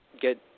get